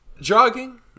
Jogging